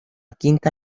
quinta